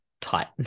tight